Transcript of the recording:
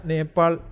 Nepal